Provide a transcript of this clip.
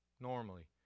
normally